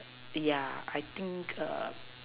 ya I think err